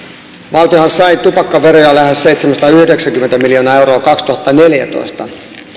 valtiohan sai tupakkaveroja lähes seitsemänsataayhdeksänkymmentä miljoonaa euroa kaksituhattaneljätoista